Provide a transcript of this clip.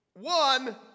One